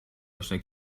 آشنا